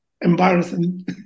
embarrassing